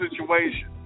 situation